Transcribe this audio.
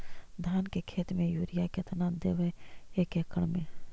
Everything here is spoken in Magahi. धान के खेत में युरिया केतना देबै एक एकड़ में?